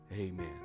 amen